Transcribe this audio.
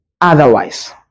otherwise